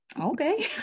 okay